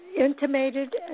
intimated